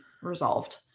resolved